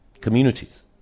communities